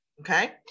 Okay